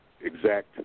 exact